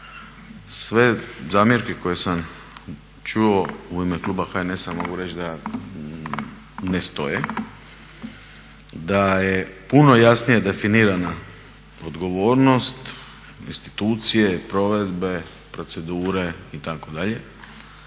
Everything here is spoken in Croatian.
Sve zamjerke koje sam čuo u ime kluba HNS-a mogu reći da ne stoje, da je puno jasnije definirana odgovornost, institucije, provedbe, procedure itd.